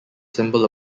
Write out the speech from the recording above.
symbol